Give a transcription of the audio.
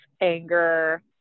anger